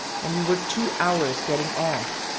and we were two hours getting off.